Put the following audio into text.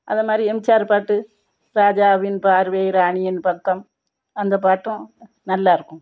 அதை மாதிரி எம்ஜிஆர் பாட்டு ராஜாவின் பார்வை ராணியின் பக்கம் அந்த பாட்டும் நல்லா இருக்கும்